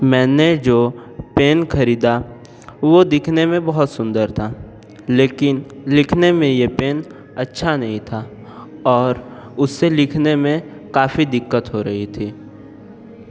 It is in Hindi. मैंने जो पेन ख़रीदा वह दिखने में बहुत सुंदर था लेकिन लिखने में यह पेन अच्छा नहीं था और उससे लिखने में काफ़ी दिक्कत हो रही थी